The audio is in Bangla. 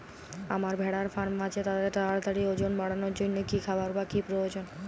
আমার ভেড়ার ফার্ম আছে তাদের তাড়াতাড়ি ওজন বাড়ানোর জন্য কী খাবার বা কী প্রয়োজন?